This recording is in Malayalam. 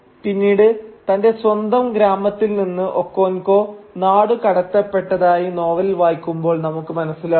പിന്നീട് തന്റെ സ്വന്തം ഗ്രാമത്തിൽ നിന്ന് ഒക്കോൻകോ നാടുകടത്തപ്പെട്ടതായി നോവൽ വായിക്കുമ്പോൾ നമുക്ക് മനസിലാകും